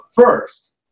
first